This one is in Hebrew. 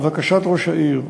לבקשת ראש העיר,